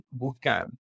bootcamp